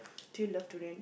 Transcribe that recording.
do you love durian